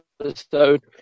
episode